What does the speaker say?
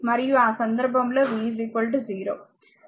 మరియు ఆ సందర్భంలో v 0